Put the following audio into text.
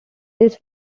this